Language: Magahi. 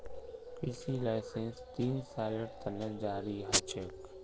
कृषि लाइसेंस तीन सालेर त न जारी ह छेक